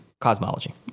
Cosmology